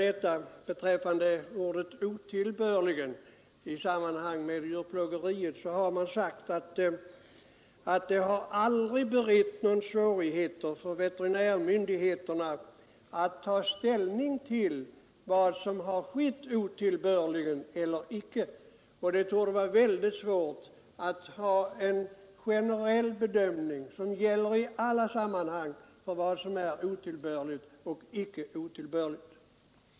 Vad beträffar ordet ”otillbörligen” i sammanhang med djurplågeri säger man att det aldrig berett någon svårighet för veterinärmyndigheterna att ta ställning till vad som kan anses ha skett otillbörligen eller icke. Det torde vara väldigt svårt att ha en generell bedömning som gäller i alla sammanhang av vad som är otillbörligt och icke otillbörligt.